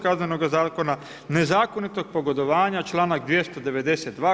Kaznenoga zakona, nezakonitog pogodovanja članak 292.